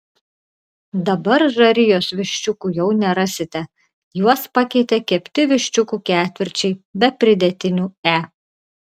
dabar žarijos viščiukų jau nerasite juos pakeitė kepti viščiukų ketvirčiai be pridėtinių e